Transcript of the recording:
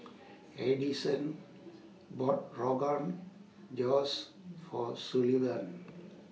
Addyson bought Rogan Josh For Sullivan